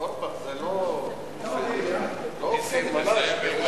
חבר הכנסת נסים זאב, בבקשה.